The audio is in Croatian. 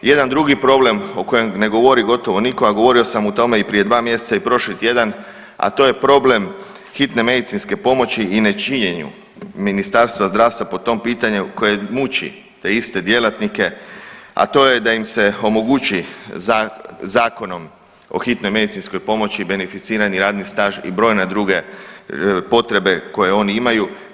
Jedan drugi problem o kojem ne govori gotovo nitko, a govorio sam o tome i prije 2 mjeseca i prošli tjedan, a to je problem hitne medicinske pomoći i nečinjenju Ministarstva zdravstva po tom pitanju koje muči te iste djelatnike, a to je da im se omogući Zakonom o hitnoj medicinskoj pomoći beneficirani radni staž i brojne druge potrebe koje oni imaju.